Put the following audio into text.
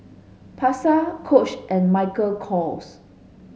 Pasar Coach and Michael Kors